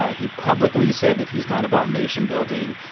ah he publicly said that he is not about nation building.